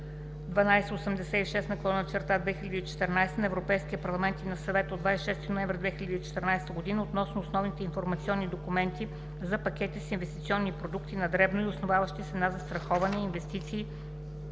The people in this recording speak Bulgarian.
1286/2014 на Европейския парламент и на Съвета от 26 ноември 2014 г. относно основните информационни документи за пакети с инвестиционни продукти на дребно и основаващи се на застраховане инвестиционни